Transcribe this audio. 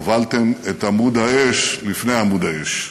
הובלתם את עמוד האש לפני עמוד האש,